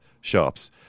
shops